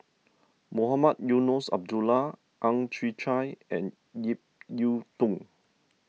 Mohamed Eunos Abdullah Ang Chwee Chai and Ip Yiu Tung